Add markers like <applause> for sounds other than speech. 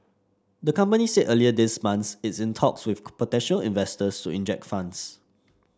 the company said earlier this month it's in talks with <unintelligible> potential investors to inject funds